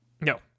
No